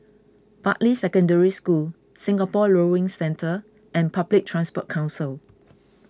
Bartley Secondary School Singapore Rowing Centre and Public Transport Council